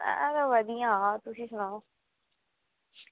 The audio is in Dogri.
अस आवा दियां तुस सनाओ